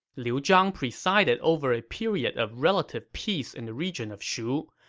liu zhang presided over a period of relative peace in the region of shu,